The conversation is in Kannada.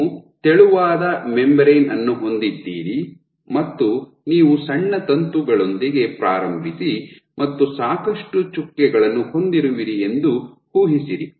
ನೀವು ತೆಳುವಾದ ಮೆಂಬರೇನ್ ಯನ್ನು ಹೊಂದಿದ್ದೀರಿ ಮತ್ತು ನೀವು ಸಣ್ಣ ತಂತುಗಳೊಂದಿಗೆ ಪ್ರಾರಂಭಿಸಿ ಮತ್ತು ಸಾಕಷ್ಟು ಚುಕ್ಕೆಗಳನ್ನು ಹೊಂದಿರುವಿರಿ ಎಂದು ಊಹಿಸಿರಿ